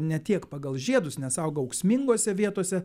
ne tiek pagal žiedus nes auga ūksmingose vietose